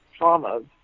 traumas